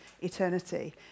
eternity